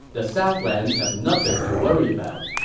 the southlands have nothing to worry about.